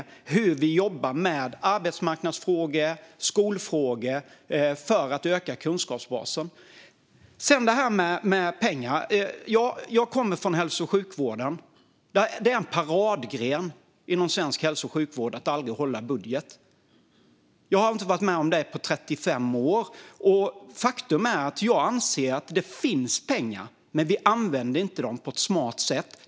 Det handlar om hur vi jobbar med arbetsmarknadsfrågor och skolfrågor för att öka kunskapsbasen. Sedan var det detta med pengar. Jag kommer från hälso och sjukvården. Det är en paradgren inom svensk hälso och sjukvård att aldrig hålla en budget. Jag har inte varit med om att man gjort det på 35 år. Faktum är att jag anser att det finns pengar, men vi använder dem inte på ett smart sätt.